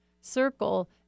circle